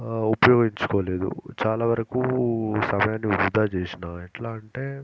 ఉపయోగించుకోలేదు చాలా వరకు సమయాన్ని వృథా చేసాను ఎట్లా అంటే